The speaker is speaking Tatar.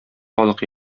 халык